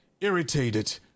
irritated